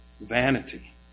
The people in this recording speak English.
vanity